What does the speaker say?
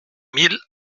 mille